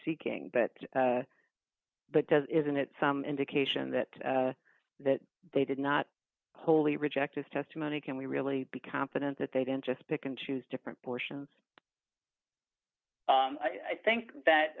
seeking but that does isn't it some indication that that they did not wholly reject his testimony can we really be confident that they didn't just pick and choose different portions i think that